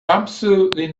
absolutely